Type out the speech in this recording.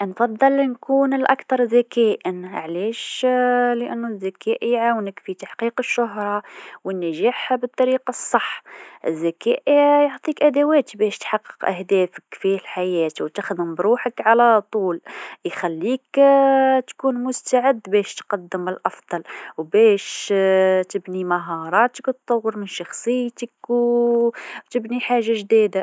انفضل نكون الأكثر ذكاءًا، علاش؟ لأنو الذكاء يعاونك في تحقيق الشهره والنجاح بالطريقه الصح، الذكاء يعطيك أدوات باش تحقق أهدافك في الحياة وتخدم بروحك على طول، يخليك تكون مستعد باش تقدم الأفضل وباش تبني مهاراتك و تطور من شخصيتك و تبني حاجه جديده.